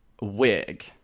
wig